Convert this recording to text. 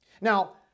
Now